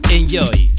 Enjoy